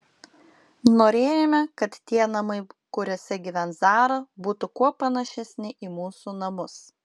norėjome kad tie namai kuriuose gyvens zara būtų kuo panašesni į mūsų namus